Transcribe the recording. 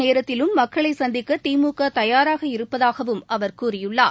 நேரத்திலும் மக்களை சந்திக்க திமுக தயாராக இருப்பதாகவும் அவர் கூறியுள்ளார்